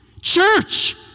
Church